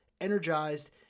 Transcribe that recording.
energized